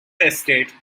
estate